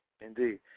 indeed